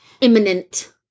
imminent